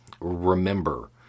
remember